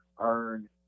earn